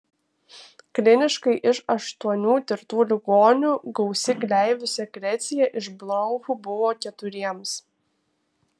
kliniškai iš aštuonių tirtų ligonių gausi gleivių sekrecija iš bronchų buvo keturiems